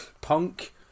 punk